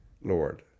Lord